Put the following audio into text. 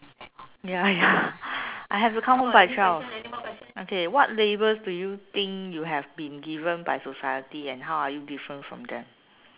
ya ya I have to come home by twelve okay what labels do you think you have being given by society and how are you different from them